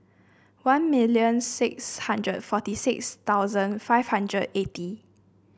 one million six hundred forty six thousand five hundred eighty